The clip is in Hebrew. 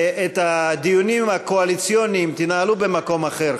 את הדיונים הקואליציוניים תנהלו במקום אחר,